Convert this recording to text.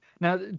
Now